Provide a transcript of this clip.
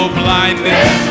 blindness